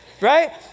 Right